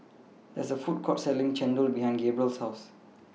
There IS A Food Court Selling Chendol behind Gabriel's House